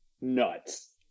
nuts